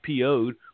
PO'd